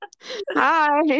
Hi